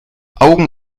augen